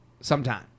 Sometime